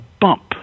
bump